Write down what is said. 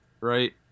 right